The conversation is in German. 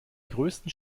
größten